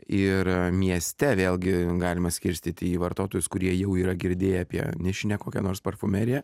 ir mieste vėlgi galima skirstyti į vartotojus kurie jau yra girdėję apie nežinia kokią nors parfumeriją